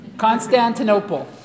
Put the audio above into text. Constantinople